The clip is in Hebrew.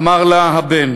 אמר לה הבן: